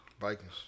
Vikings